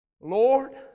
Lord